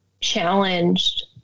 challenged